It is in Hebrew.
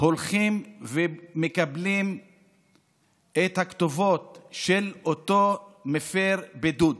הולכים ומקבלים את הכתובת של אותו מפר בידוד.